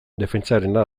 defentsarena